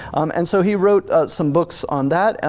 and so he wrote some books on that,